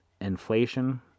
inflation